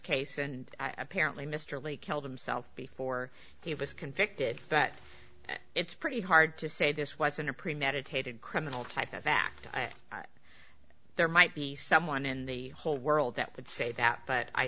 case and apparently mr lay killed himself before he was convicted but it's pretty hard to say this wasn't a premeditated criminal type of fact there might be someone in the whole world that would say that but i